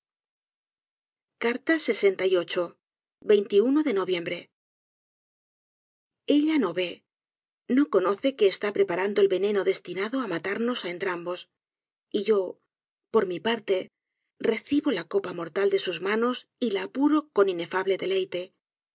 de noviembre ella no ve no conoce que está preparando el veneno destinado á matarnos á entrambos y yo por mi parte recibo la copa mortal de sus manos y la apuro con inefable deleite